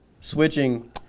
switching